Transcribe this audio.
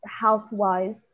health-wise